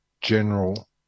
general